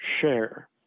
share